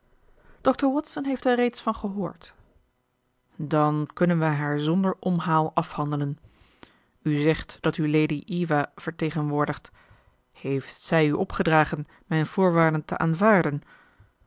dr watson heeft er reeds van gehoord dan kunnen wij haar zonder omhaal afhandelen u zegt dat u lady eva vertegenwoordigt heeft zij u opgedragen mijn voorwaarden te aanvaarden